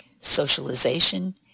Socialization